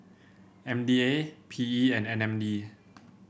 M D A P E and N M D